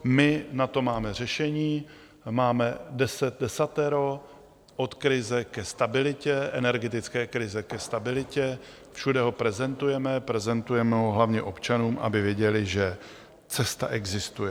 My na to máme řešení, máme desatero od krize ke stabilitě, energetické krize ke stabilitě, všude ho prezentujeme, prezentujeme ho hlavně občanům, aby věděli, že cesta existuje.